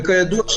וכידוע,